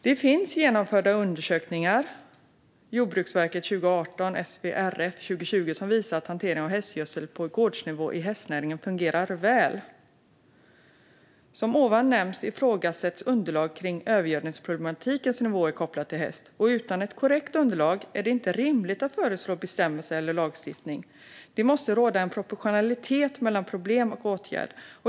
Det finns genomförda undersökningar - Jordbruksverket 2018, SVRF 2020 - som visar att hantering av hästgödsel på gårdsnivå i hästnäringen fungerar väl. Som tidigare nämnts ifrågasätts underlag om övergödningsproblematikens nivåer kopplat till häst. Utan ett korrekt underlag är det inte rimligt att föreslå bestämmelser eller lagstiftning. Det måste råda en proportionalitet mellan problem och åtgärd.